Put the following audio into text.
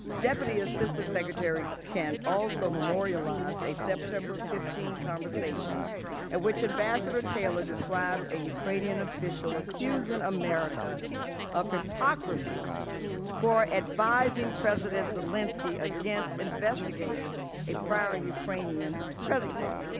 deputy assistant secretary can't also memorialized a september fifteen conversation at which ambassador taylor described a ukrainian official accusing america of hypocrisy for advising president volodymyr zelensky against investigating a prior ukrainian president.